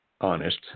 Honest